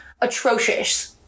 atrocious